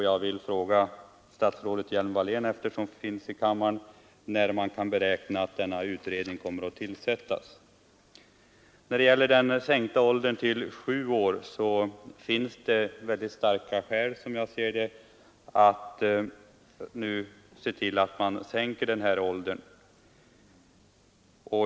Jag vill fråga fru statsrådet Hjelm-Wallén, eftersom hon just nu finns i kammaren, när man kan beräkna att denna utredning kommer att tillsättas. Det finns, som jag ser det, starka skäl att nu sänka den nedre åldersgränsen till 7 år.